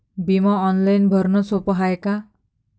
बिमा ऑनलाईन भरनं सोप हाय का?